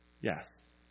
Yes